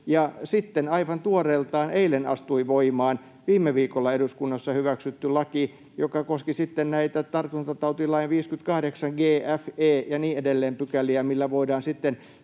aivan tuoreeltaan eilen astui voimaan viime viikolla eduskunnassa hyväksytty laki, joka koski näitä tartuntatautilain 58 g, f, e ja niin edelleen §:iä, millä voidaan sitten